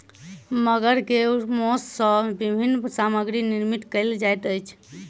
मगर के मौस सॅ विभिन्न सामग्री निर्माण कयल जाइत अछि